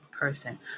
person